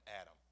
Adam